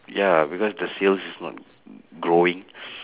ya because the sales is not growing